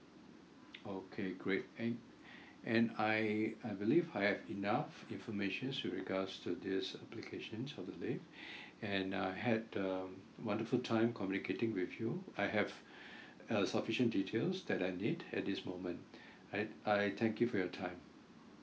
okay great and and I I believe I have enough information in regards to this application for today and I had um wonderful time communicating with you I have uh sufficient details that I need at this moment and I thank you for your time